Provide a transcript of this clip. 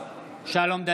בעד אריה מכלוף